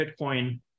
Bitcoin